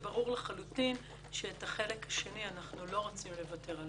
ברור לחלוטין שעל החלק השני אנחנו לא רוצים לוותר.